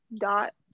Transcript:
dot